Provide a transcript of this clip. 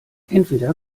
entweder